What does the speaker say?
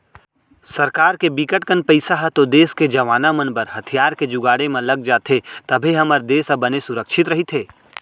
सरकार के बिकट कन पइसा ह तो देस के जवाना मन बर हथियार के जुगाड़े म लग जाथे तभे हमर देस ह बने सुरक्छित रहिथे